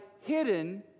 hidden